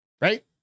Right